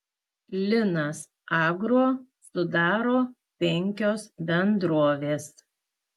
linas agro sudaro penkios bendrovės